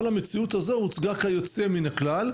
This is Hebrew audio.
אבל המציאות הזו הוצגה כיוצא מן הכלל,